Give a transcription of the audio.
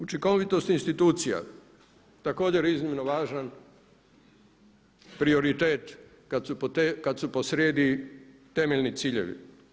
Učinkovitost institucija, također iznimno važan prioritet kad su posrijedi temeljni ciljevi.